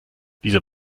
dieser